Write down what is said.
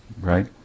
right